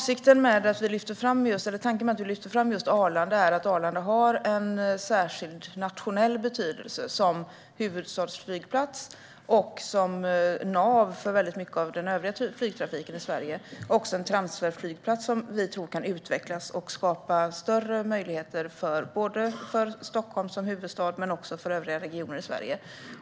Fru talman! Tanken med att vi lyfter fram just Arlanda är att Arlanda har en särskild nationell betydelse som huvudstadsflygplats och som nav för mycket av den övriga flygtrafiken i Sverige. Arlanda är också en transferflygplats som vi tror kan utvecklas och skapa större möjligheter både för Stockholm som huvudstad och för övriga regioner i Sverige.